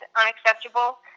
unacceptable